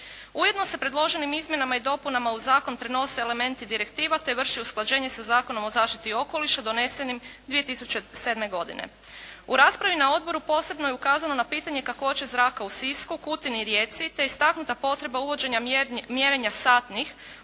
Ujedno se predloženim izmjenama i dopunama u zakon prenose elementi direktiva te vrši usklađenje sa Zakonom o zaštiti okoliša donesenim 2007. godine. U raspravi na odboru posebno je ukazano na pitanje kakvoće zraka u Sisku, Kutini i Rijeci te istaknuta potreba uvođenja mjerenja satnih